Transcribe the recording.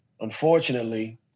unfortunately